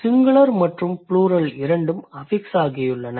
singular மற்றும் plural இரண்டும் affix ஆகியுள்ளன